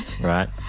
right